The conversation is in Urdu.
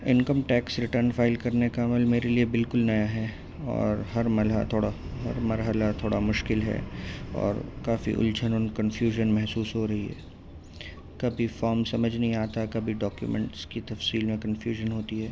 انکم ٹیکس ریٹرن فائل کرنے کا عمل میرے لیے بالکل نیا ہے اور ہر مرحلہ تھوڑا ہر مرحلہ تھوڑا مشکل ہے اور کافی الجھن ان کنفیوژن محسوس ہو رہی ہے کبھی فام سمجھ نہیں آتا کبھی ڈاکیومینٹس کی تفصیل میں کنفیوژن ہوتی ہے